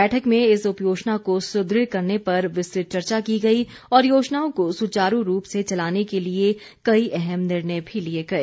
बैठक में इस उपयोजना को सुदृढ़ करने पर विस्तृत चर्चा की गई और योजनाओं को सुचारू रूप से चलाने के लिए कई अहम निर्णय भी लिए गए